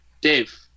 Dave